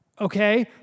okay